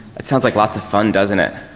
it sounds like lots of fun doesnt it?